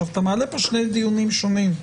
אתה מעלה פה שני דיונים שונים.